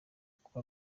uko